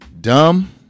Dumb